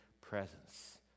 presence